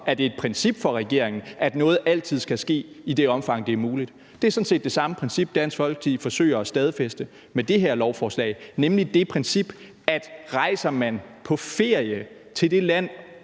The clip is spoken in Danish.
er det et princip for regeringen, at noget altid skal ske i det omfang, det er muligt. Det er sådan set det samme princip, Dansk Folkeparti forsøger at stadfæste med det her beslutningsforslag, nemlig det princip, at rejser man på ferie til det land,